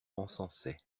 encensaient